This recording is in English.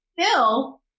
Phil